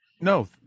No